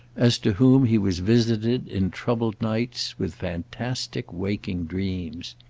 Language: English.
as to whom he was visited, in troubled nights, with fantastic waking dreams.